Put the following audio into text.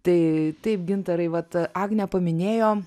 tai taip gintarai vat agnė paminėjo